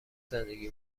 زندگی